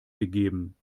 gegeben